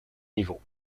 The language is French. niveaux